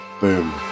boom